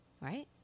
right